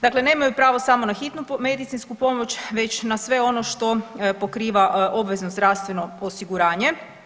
Dakle, nemaju pravo samo na hitnu medicinsku pomoć već na sve ono što pokriva obvezno zdravstveno osiguranje.